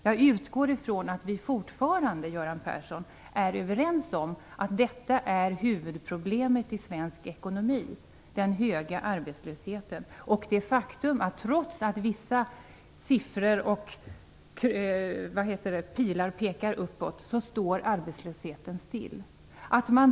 Jag utgår ifrån att vi fortfarande, Göran Persson, är överens om att detta är huvudproblemet i svensk ekonomi - den höga arbetslösheten och det faktum att trots att vissa siffror och pilar pekar uppåt står arbetslösheten still.